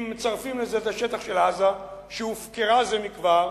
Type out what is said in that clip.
אם מצרפים לזה את השטח של עזה, שהופקרה זה מכבר,